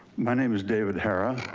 my name is david hara.